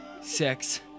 sex